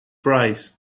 price